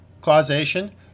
causation